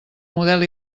model